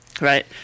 Right